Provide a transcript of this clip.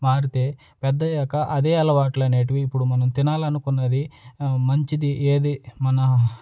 మారుతే పెద్దయ్యాక అదే అలవాట్లు అనేవి ఇప్పుడు మనం తినాలనుకున్నది మంచిది ఏది మన